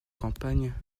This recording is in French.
campagne